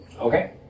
Okay